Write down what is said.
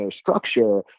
structure